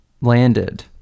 landed